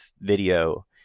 video